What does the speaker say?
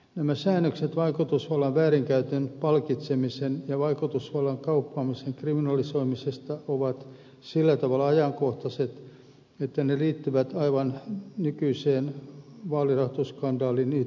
nämä säännökset vaikutusvallan väärinkäytön palkitsemisen ja vaikutusvallan kauppaamisen kriminalisoimisesta ovat sillä tavalla ajankohtaiset että ne liittyvät aivan nykyisen vaalirahoitusskandaalin ytimeen